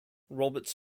roberts